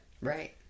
Right